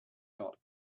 dot